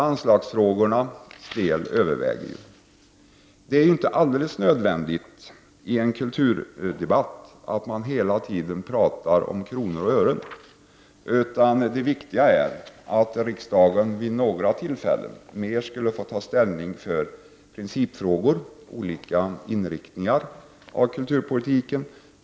Anslagsfrågorna överväger. Det är inte alldeles nödvändigt att man i en kulturdebatt hela tiden talar om kronor och ören. Det viktiga är att riksdagen vid några tillfällen mera skall kunna få ta ställning till principfrågor, olika inriktningar av kulturpolitiken.